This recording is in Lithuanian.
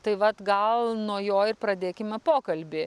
tai vat gal nuo jo ir pradėkime pokalbį